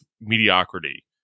mediocrity